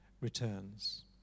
returns